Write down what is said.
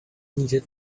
needed